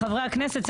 מחברי הכנסת,